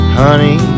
honey